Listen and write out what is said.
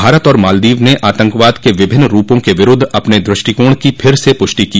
भारत और मालदीव ने आतंकवाद के विभिन्न रूपों के विरूद्व अपने दृष्टिकोण की फिर से पुष्टि की